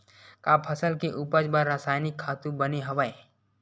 का फसल के उपज बर रासायनिक खातु बने हवय?